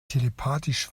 telepathisch